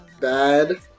Bad